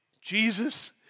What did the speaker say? Jesus